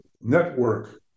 network